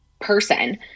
person